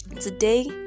Today